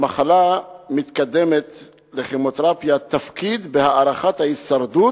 במחלה מתקדמת לכימותרפיה יש תפקיד בהארכת ההישרדות,